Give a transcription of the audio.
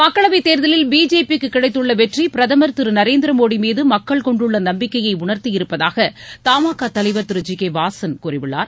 மக்களவை தேர்தலில் கிடைத்துள்ள வெற்றி பிரதமர் திரு நரேந்திர மோடி மீது மக்கள் கொண்டுள்ள நம்பிக்கையை உணர்த்தி இருப்பதாக த மா கா தலைவர் திரு ஐி கே வாசன் கூறியுள்ளார்